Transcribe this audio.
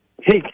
Hey